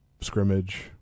scrimmage